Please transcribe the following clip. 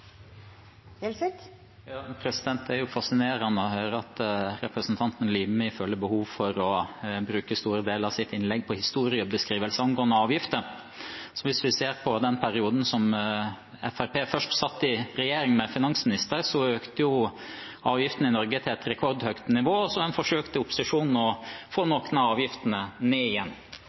fasinerende å høre at representanten Limi føler behov for å bruke store deler av sitt innlegg på historiebeskrivelser angående avgifter. Hvis vi ser på den perioden da Fremskrittspartiet satt i regjering og hadde finansministeren, økte avgiftene i Norge til et rekordhøyt nivå, og så har en forsøkt i opposisjon å få noen av avgiftene ned igjen.